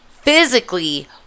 Physically